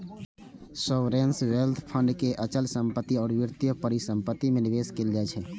sovereign wealth fund के अचल संपत्ति आ वित्तीय परिसंपत्ति मे निवेश कैल जाइ छै